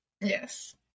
Yes